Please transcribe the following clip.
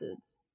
foods